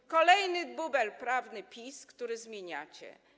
To kolejny bubel prawny PiS, który zmieniacie.